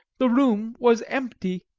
the room was empty!